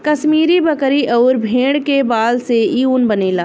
कश्मीरी बकरी अउरी भेड़ के बाल से इ ऊन बनेला